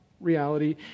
reality